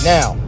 Now